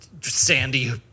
Sandy